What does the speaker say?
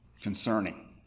concerning